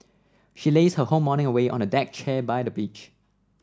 she lazed her whole morning away on a deck chair by the beach